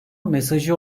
mesajı